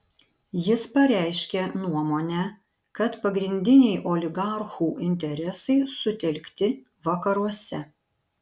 jis pareiškė nuomonę kad pagrindiniai oligarchų interesai sutelkti vakaruose